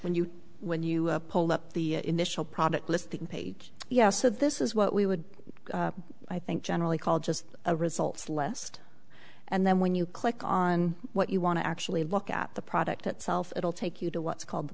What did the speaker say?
when you when you pull up the initial product listing page yeah so this is what we would i think generally call just a results list and then when you click on what you want to actually look at the product itself it will take you to what's called the